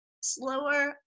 slower